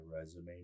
resume